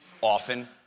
often